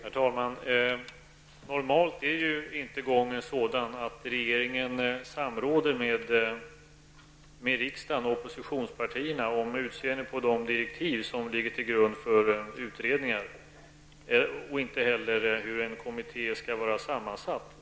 Herr talman! Normalt är inte gången sådan att regeringen samråder med riksdagen och oppositionspartierna om utseendet på de direktiv som ligger till grund för utredningar och inte heller hur en kommitté skall vara sammansatt.